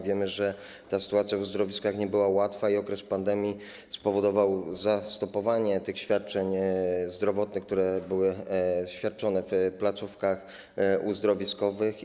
Wiemy, że sytuacja w uzdrowiskach nie była łatwa i okres pandemii spowodował zastopowanie świadczeń zdrowotnych, które były świadczone w placówkach uzdrowiskowych.